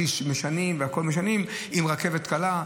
משנים את הכביש ואת הכול עם רכבת קלה,